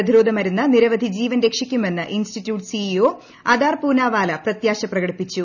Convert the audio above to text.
പ്രതിരോധ മരുന്ന് നിരവധി ജീവൻ രക്ഷിക്കുമെന്ന് ഇൻസ്റ്റിറ്റ്യൂട്ട് സിഇഒ അദാർ പൂനാവാല പ്രത്യാശ പ്രകടിപ്പിച്ചു